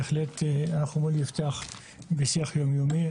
בהחלט אנחנו בשיח יום יומי,